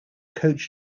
coach